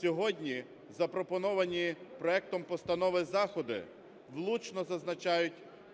Сьогодні запропоновані проектом постанови заходи, влучно зазначають